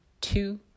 Two